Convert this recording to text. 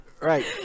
Right